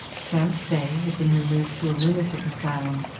sam stay had been removed to a lunatic asylum,